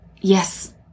yes